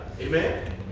Amen